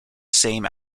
same